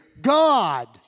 God